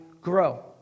grow